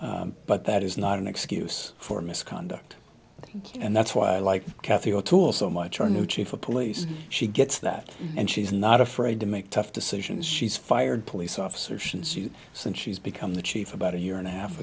but that is not an excuse for misconduct and that's why i like kathy o'toole so much our new chief of police she gets that and she's not afraid to make tough decisions she's fired police officer shoots you since she's become the chief about a year and a half